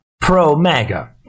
pro-MAGA